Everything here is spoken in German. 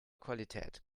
qualität